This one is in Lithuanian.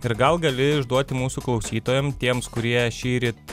ir gal gali išduoti mūsų klausytojam tiems kurie šįryt